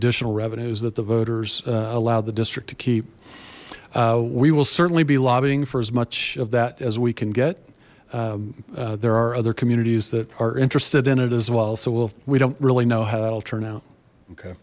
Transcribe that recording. additional revenues that the voters allow the district to keep we will certainly be lobbying for as much of that as we can get there are other communities that are interested in it as well so we'll we don't really know how that'll turn out okay